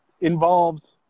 involves